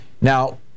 Now